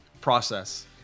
process